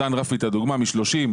נתן רפי את הדוגמה של מ-30,